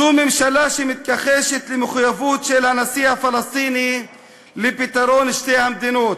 זו ממשלה שמתכחשת למחויבות של הנשיא הפלסטיני לפתרון שתי המדינות